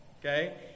Okay